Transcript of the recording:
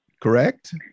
correct